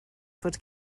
fod